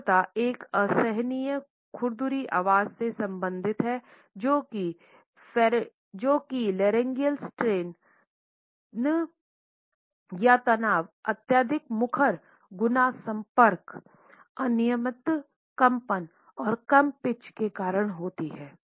कठोरता एक असहनीय खुरदरी आवाज़ से संबंधित है जो कि लैरिंजियल स्ट्रेन तनाव अत्यधिक मुखर गुना संपर्क अनियमित कंपन और कम पिच के कारण होती है